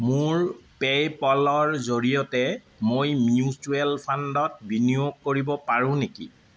মোৰ পে' পলৰ জৰিয়তে মই মিউচুৱেল ফাণ্ডত বিনিয়োগ কৰিব পাৰোঁ নেকি